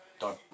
done